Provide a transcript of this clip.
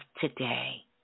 today